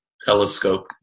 Telescope